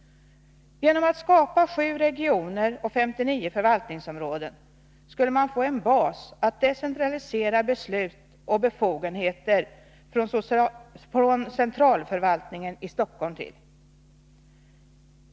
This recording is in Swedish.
Genom att skapa 7 regioner och 59 förvaltningsområden skulle man få en bas, till vilken man kunde decentralisera beslut och befogenheter från centralförvaltningen i Stockholm.